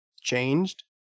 changed